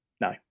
No